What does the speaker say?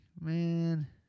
Man